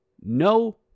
no